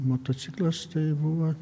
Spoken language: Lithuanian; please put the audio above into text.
motociklas tai buvo